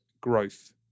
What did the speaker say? growth